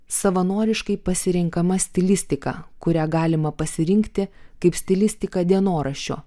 savanoriškai pasirenkama stilistika kurią galima pasirinkti kaip stilistiką dienoraščio